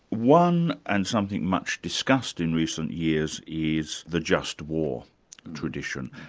one and something much discussed in recent years, is the just war tradition,